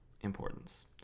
importance